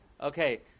Okay